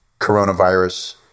coronavirus